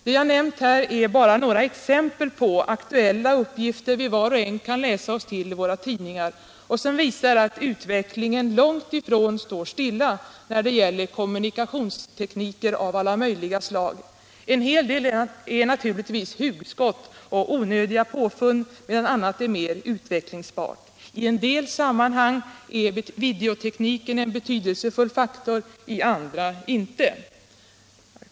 Vad jag nämnt här är bara några exempel på aktuella uppgifter som vi alla kan läsa oss till i tidningarna och som visar att utvecklingen långt ifrån står stilla när det gäller kommunikationsteknik av alla möjliga slag. En hel del är naturligtvis hugskott och onödiga påfund medan annat är mer utvecklingsbart. I en del sammanhang är videotekniken en betydelsefull faktor, i andra inte.